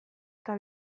eta